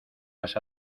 vas